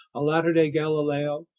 a latter-day galileo,